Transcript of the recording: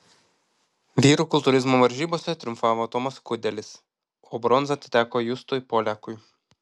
vyrų kultūrizmo varžybose triumfavo tomas kudelis o bronza atiteko justui poliakui